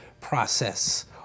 process